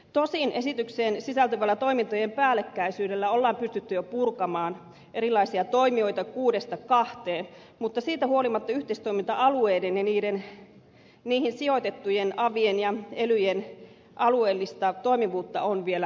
tosin esitykseen sisältyvällä toimintojen päällekkäisyydellä on pystytty jo purkamaan erilaisia toimijoita kuudesta kahteen mutta siitä huolimatta yhteistoiminta alueiden ja niihin sijoitettujen avien ja elyjen alueellista toimivuutta on vielä tarkasteltava